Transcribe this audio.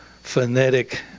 phonetic